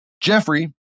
Jeffrey